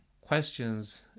questions